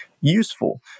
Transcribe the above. useful